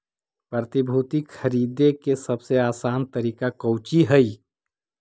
प्रतिभूति खरीदे के सबसे आसान तरीका कउची हइ